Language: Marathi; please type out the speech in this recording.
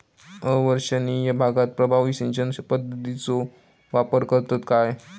अवर्षणिय भागात प्रभावी सिंचन पद्धतीचो वापर करतत काय?